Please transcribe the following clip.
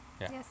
Yes